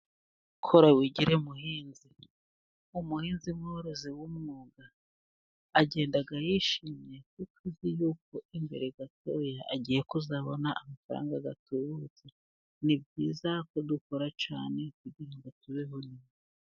Kora wigire muhinzi. Umuhinzi n'uworozi w'umwuga, agenda yishimye kuko azi yuko imbere gatoya agiye kuzabona amafaranga atubutse, ni byiza ko dukora cyane kugira ngo tubeho neza.